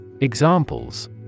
Examples